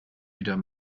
wieder